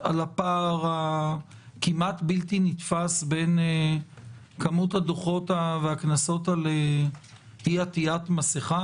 על הפער הכמעט בלתי נתפס בין כמות הדוחות והקנסות על אי עטית מסיכה,